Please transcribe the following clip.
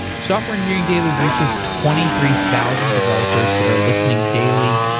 software engineering daily reaches twenty three thousand developers that are listening daily,